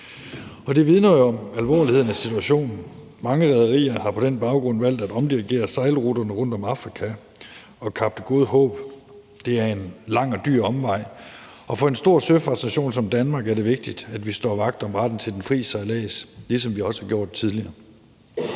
Det vidner jo om situationens alvor. Mange rederier har på den baggrund valgt at omdirigere sejlruterne rundt om Afrika, og ruten rundt om Kap Det Gode Håb er en lang og dyr omvej. For en stor søfartsnation som Danmark er det vigtigt, at vi står vagt om retten til den fri sejlads, ligesom vi også har gjort tidligere.